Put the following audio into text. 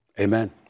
Amen